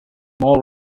more